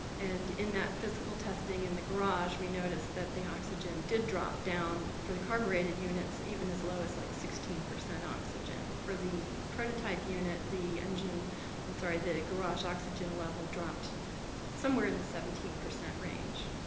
and in that physical testing in the garage, we noticed that the oxygen did drop down for the carbureted units even as low as like sixteen percent oxygen. for the prototype unit, the engine i'm sorry, the garage oxygen level dropped somewhere in the seventeen percent range.